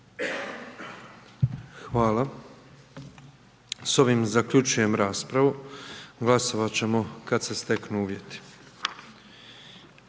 Hvala. S ovim zaključujem raspravu. Glasovat ćemo kad se steknu uvjeti.